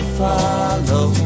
follow